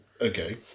Okay